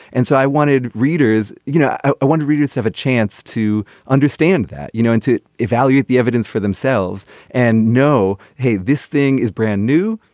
and so i wanted readers you know i wonder readers have a chance to understand that you know and to evaluate the evidence for themselves and know hey this thing is brand new.